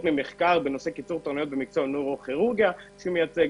מחקר בנושא קיצור תורנויות בנוירו-כירורגיה שהוא מייצג,